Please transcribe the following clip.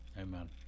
Amen